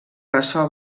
ressò